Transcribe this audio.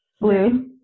Blue